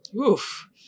Oof